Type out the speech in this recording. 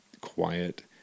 quiet